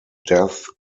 death